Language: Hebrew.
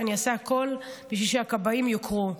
אני אעשה הכול בשביל שהכבאים יוכרו.